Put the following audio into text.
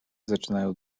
zaczynają